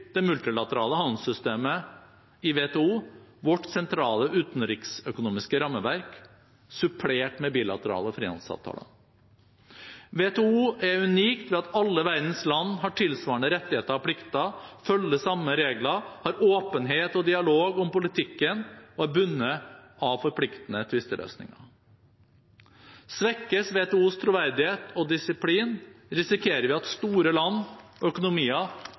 det multilaterale handelssystemet i WTO vårt sentrale utenriksøkonomiske rammeverk, supplert med bilaterale frihandelsavtaler. WTO er unikt ved at alle verdens land har tilsvarende rettigheter og plikter, følger samme regler, har åpenhet og dialog om politikken og er bundet av forpliktende tvisteløsninger. Svekkes WTOs troverdighet og disiplin, risikerer vi at store land og